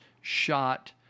shot